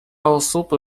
osób